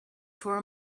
for